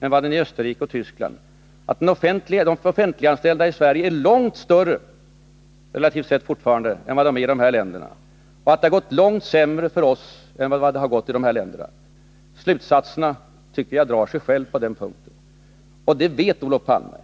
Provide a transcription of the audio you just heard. än den är i Österrike och Västtyskland. De offentligt anställda i Sverige är fortfarande långt fler relativt sett än vad de är i de här länderna, och det har gått långt sämre för oss. Slutsatserna, tycker jag, ger sig själva på den punkten, och det vet Olof Palme.